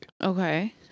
Okay